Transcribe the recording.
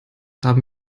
haben